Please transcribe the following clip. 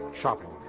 shopping